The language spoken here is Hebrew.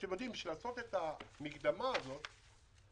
בשביל לעשות את המקדמה הזאת,